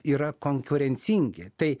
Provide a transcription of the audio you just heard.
yra konkurencingi tai